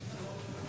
לא?